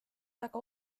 väga